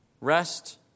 rest